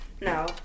no